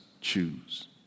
choose